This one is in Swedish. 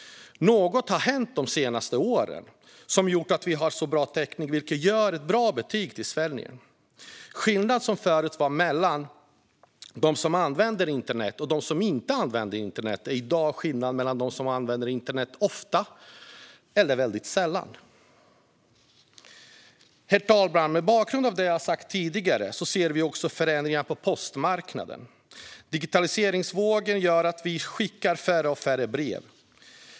Något har hänt de senaste åren som har gjort att vi har så bra täckning. Det ger bra betyg till Sverige. Skillnaden förut handlade om de som använder internet och de som inte gör det. I dag finns skillnaden mellan de som använder internet ofta och de som gör det väldigt sällan. Herr talman! Mot bakgrund av det jag tidigare har sagt ser vi också förändringar på postmarknaden. Digitaliseringsvågen gör att vi skickar färre och färre brev.